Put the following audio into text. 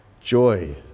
joy